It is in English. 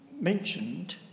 mentioned